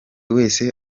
wese